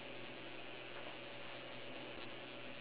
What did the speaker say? eh and then